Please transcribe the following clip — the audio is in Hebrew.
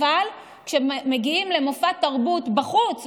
אבל כשמגיעים למופע תרבות בחוץ,